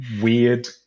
weird